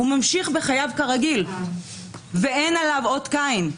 הוא ממשיך בחייו כרגיל, ואין עליו אות קין.